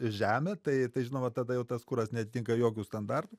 žemę tai tai žinoma tada jau tas kuras neatitinka jokių standartų